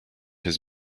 his